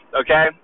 okay